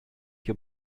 your